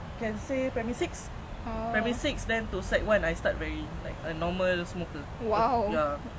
!wow! !wow!